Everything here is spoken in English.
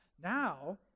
now